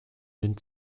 wind